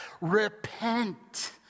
repent